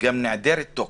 גם נעדרת תוקף.